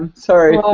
sorry.